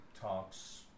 talks